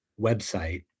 website